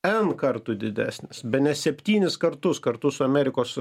n kartų didesnis bene septynis kartus kartu su amerikos